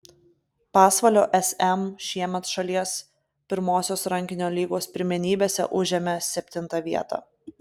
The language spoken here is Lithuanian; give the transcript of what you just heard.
pasvalio sm šiemet šalies pirmosios rankinio lygos pirmenybėse užėmė septintą vietą